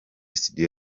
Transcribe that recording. studio